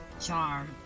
charm